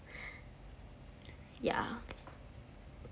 yeah